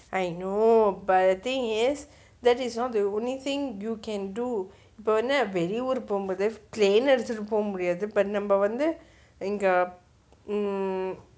I know but the thing is that it's not the only thing you can do இப்போ என்னா வெளியூர் போவ முடியாது:ippo ennaa veliyuuru pova mudiyaathu but நம்ம வந்து இங்க:namma vanthu ingga